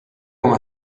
come